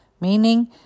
meaning